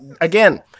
again